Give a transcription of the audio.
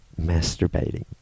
masturbating